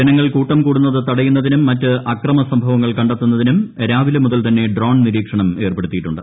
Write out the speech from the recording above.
ജനങ്ങൾ കൂട്ടംകൂടുന്നത് തടയുന്നതിനും മറ്റ് അക്രമീസ്ക്ട്ടവങ്ങൾ കണ്ടെത്തുന്നതിനും രാവിലെ മുതൽ തന്നെ ്യ്യോൺ നിരീക്ഷണം ഏർപ്പെടുത്തിയിട്ടുണ്ട്